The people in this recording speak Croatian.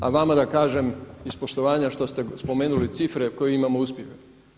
A vama da kažem iz poštovanja što ste spomenuli cifre u kojima imamo uspjeha.